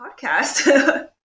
podcast